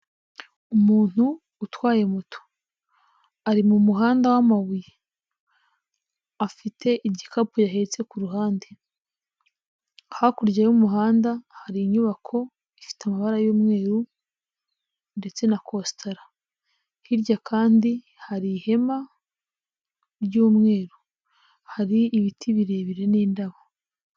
Umuntu utwaye moto ari mu muhanda wamabuye. Afite igikapu yahetse ku ruhande. Hakurya y'umuhanda hari inyubako ifite amabara y'umweru ndetse na kositara. Hirya kandi hari ihema ry'umweru. Hari ibiti birebire n'indabo.